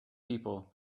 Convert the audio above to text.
people